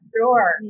sure